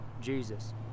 Jesus